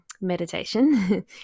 meditation